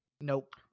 Nope